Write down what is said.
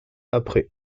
après